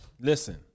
Listen